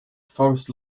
forest